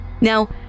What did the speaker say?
Now